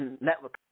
network